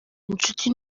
inshuti